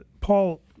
Paul